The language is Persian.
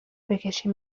بکشی